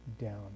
down